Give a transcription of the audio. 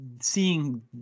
seeing